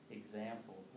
example